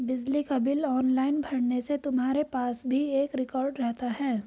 बिजली का bill online भरने से तुम्हारे पास भी एक रिकॉर्ड रहता है